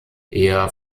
ihr